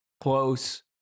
close